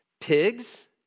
Pigs